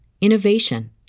innovation